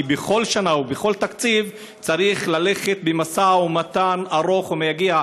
כי בכל שנה ובכל תקציב צריך ללכת במשא-ומתן ארוך ומייגע